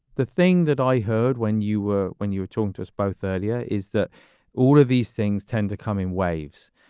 the thing that i heard when you were when you were talking to us both earlier is that all of these things tend to come in waves.